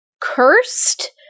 cursed